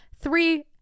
Three